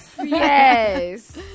Yes